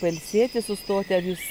pailsėti sustoti ar jūs